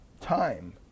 time